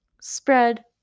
spread